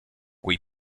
quei